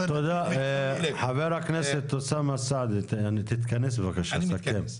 חבר הכנסת אוסאמה סעדי, תתכנס וסכם, בבקשה.